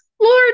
Lord